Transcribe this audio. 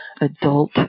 adult